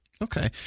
Okay